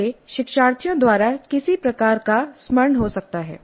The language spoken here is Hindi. यह शिक्षार्थियों द्वारा किसी प्रकार का स्मरण हो सकता है